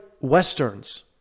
westerns